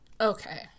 Okay